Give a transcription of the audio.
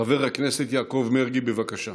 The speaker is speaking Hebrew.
חבר הכנסת יעקב מרגי, בבקשה.